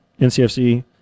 NCFC –